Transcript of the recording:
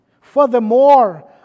Furthermore